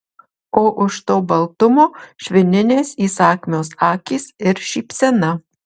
o už to baltumo švininės įsakmios akys ir šypsena